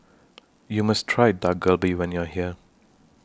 YOU must Try Dak Galbi when YOU Are here